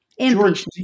George